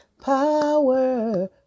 power